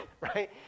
right